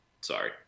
sorry